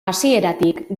hasieratik